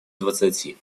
двадцати